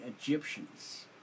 Egyptians